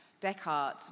Descartes